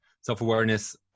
Self-awareness